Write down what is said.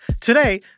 today